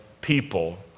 people